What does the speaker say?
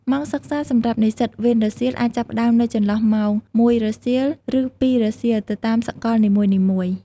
ម៉ោងសិក្សាសម្រាប់និស្សិតវេនរសៀល អាចចាប់ផ្តើមនៅចន្លោះម៉ោង ១ រសៀល ឬ ២ រសៀល ទៅតាមសកលនីមួយៗ។